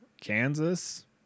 Kansas